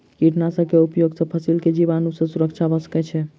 कीटनाशक के उपयोग से फसील के जीवाणु सॅ सुरक्षा भअ सकै छै